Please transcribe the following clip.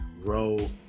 grow